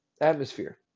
atmosphere